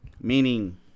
meaning